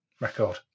record